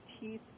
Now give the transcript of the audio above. teeth